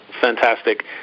fantastic